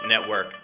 network